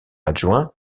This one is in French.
adjoint